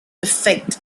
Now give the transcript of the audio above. effect